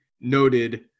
noted